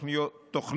בתי